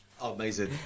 amazing